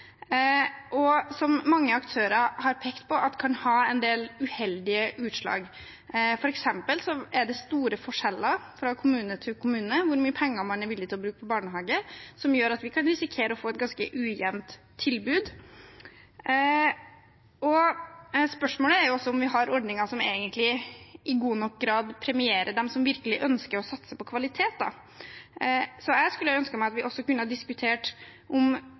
som mange aktører har pekt på kan ha en del uheldige utslag. For eksempel er det store forskjeller fra kommune til kommune når det gjelder hvor mye penger man er villig til å bruke på barnehager. Det gjør at vi kan risikere å få et ganske ujevnt tilbud. Spørsmålet er også om vi har ordninger som i god nok grad premierer dem som virkelig ønsker å satse på kvalitet. Jeg skulle ønske at vi også kunne ha diskutert om dagens finansieringsordning legger godt nok til rette for utvikling av kvalitet, eller om